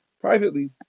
privately